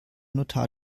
notar